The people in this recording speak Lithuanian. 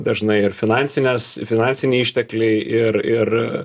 dažnai ir finansinės finansiniai ištekliai ir ir